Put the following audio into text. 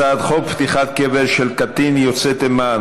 פתיחת קבר של קטין יוצא תימן,